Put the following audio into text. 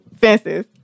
Fences